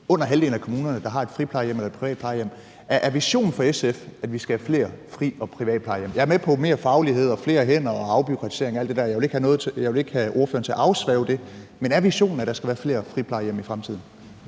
under halvdelen af kommunerne, der har et friplejehjem eller et privat plejehjem. Er visionen for SF, at vi skal have flere friplejehjem og private plejehjem? Jeg er med på mere faglighed og flere hænder og afbureaukratisering og alt det der, jeg vil ikke have ordføreren til at afsværge det, men er visionen, at der skal være flere friplejehjem i fremtiden?